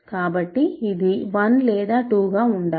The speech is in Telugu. కాబట్టి ఇది 1 లేదా 2 గా ఉండాలి